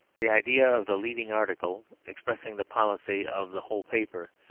the idea of the leading article, expressing the policy of the whole paper,